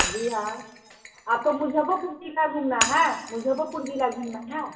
जी हाॅं आपको मुज़फ़्फ़रपुर ज़िला घूमना है मुज़फ़्फ़रपुर ज़िला घूमना है